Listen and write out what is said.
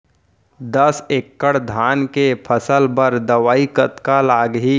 दस एकड़ धान के फसल बर दवई कतका लागही?